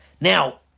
Now